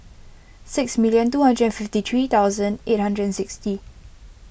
six million two hundred and fifty three thousand eight hundred and sixty